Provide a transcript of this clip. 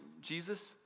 Jesus